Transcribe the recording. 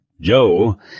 Joe